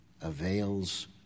avails